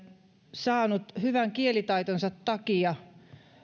saanut hyvän kielitaitonsa takia